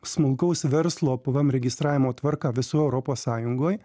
smulkaus verslo pvm registravimo tvarką visoj europos sąjungoj